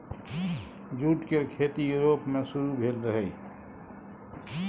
jute केर खेती Europe मे शुरु भेल रहइ